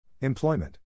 Employment